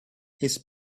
his